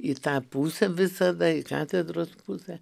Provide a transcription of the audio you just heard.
į tą pusę visada į katedros pusę